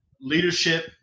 leadership